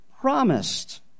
promised